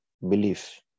belief